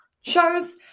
shows